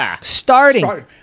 starting